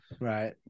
right